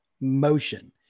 motion